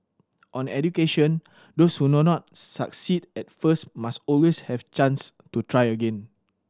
on education those who do not succeed at first must always have chance to try again